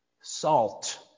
Salt